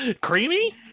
creamy